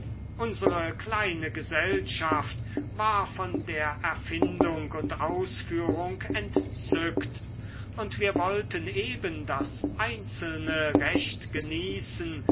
unsere kleine gesellschaft war von der erfindung und ausführung entzückt und wir wollten eben das einzelne recht genießen